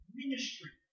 ministry